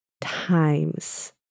times